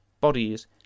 bodies